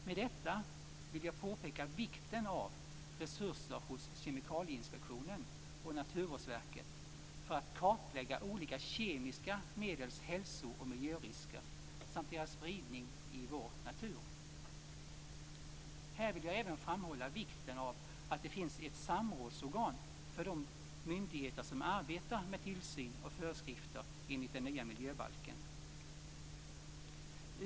Med detta vill jag påpeka vikten av resurser hos Kemikalieinspektionen och Naturvårdsverket för att kartlägga olika kemiska medels hälso och miljörisker samt deras spridning i vår natur. Här vill jag även framhålla vikten av att det finns ett samrådsorgan för de myndigheter som arbetar med tillsyn och föreskrifter enligt den nya miljöbalken.